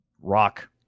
rock